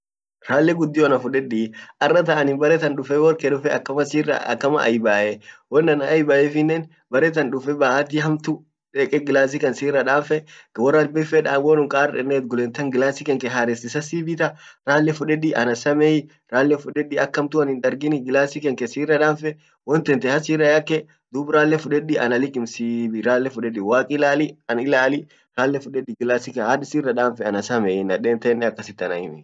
ralle guddio ana fudedi arratan anin bare tan dufe worke dufe akama sira akama aibae won an aibaefinen bare tan dufe bahati hamtu deke glasi kan sira danfe worrabin fed wonun kar denet gulentan glasi kenke hares isa sibita rale fudedi anasamei rale fudedi ak hamtu anin hindargini glasi kenke sirra danfe won tente hasirra yake dub ralle fudedi ana likimsiii rale fudedi wa ilali an ilali ralle fudedi glasi kan ant sira danfe anasamei naden tentenen akas it ana himii.